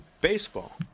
baseball